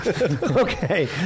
Okay